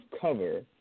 cover